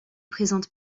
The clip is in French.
présente